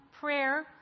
prayer